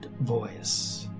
voice